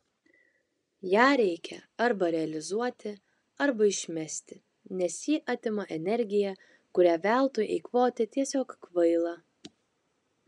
ją reikia arba realizuoti arba išmesti nes ji atima energiją kurią veltui eikvoti tiesiog kvaila